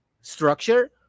structure